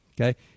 Okay